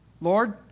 Lord